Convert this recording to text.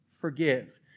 forgive